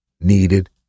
needed